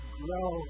grow